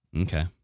Okay